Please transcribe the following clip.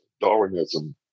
Darwinism